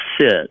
sit